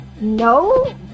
no